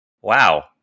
Wow